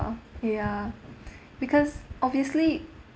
ya because obviously